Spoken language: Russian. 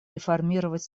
реформировать